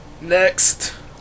Next